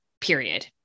period